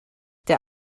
der